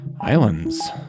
Islands